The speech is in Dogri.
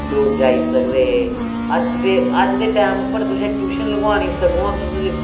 लोक जाई सकदे हे अज्ज ते अज्ज दे टैम उप्पर तुसें ट्यूशन लगवानी सगुआं तुसें